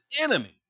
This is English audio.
enemy